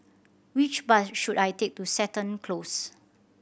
which bus should I take to Seton Close